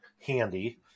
handy